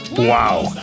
Wow